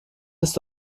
ist